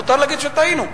מותר להגיד שטעינו.